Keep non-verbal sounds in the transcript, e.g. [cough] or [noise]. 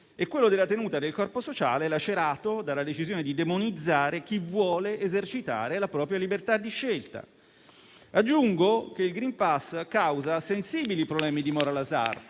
e quello della tenuta del corpo sociale, lacerato dalla decisione di demonizzare chi vuole esercitare la propria libertà di scelta. [applause] Aggiungo che il *green pass* causa sensibili problemi di *moral hazard*,